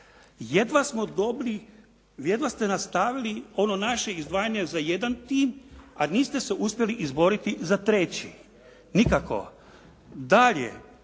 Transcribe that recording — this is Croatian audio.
Jedva smo dobili, jedva ste nastavili ono naše izdvajanje za jedan tim, a niste se uspjeli izboriti za treći. Nikako. Dalje.